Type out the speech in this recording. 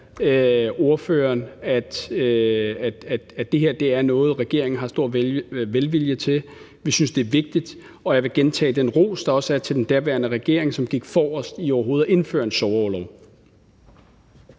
ordføreren, at det her er noget, regeringen har stor velvilje over for. Vi synes, det er vigtigt, og jeg vil gentage den ros, der er til den daværende regering, som gik forrest med overhovedet at indføre en sorgorlov.